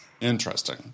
Interesting